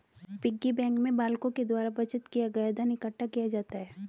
piggy bank में बालकों के द्वारा बचत किया गया धन इकट्ठा किया जाता है